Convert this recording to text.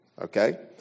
okay